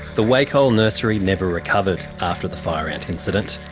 the wacol nursery never recovered after the fire ant incident.